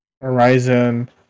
Horizon